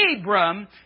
Abram